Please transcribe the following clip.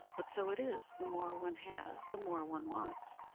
but so it is, the more one has the more one wants,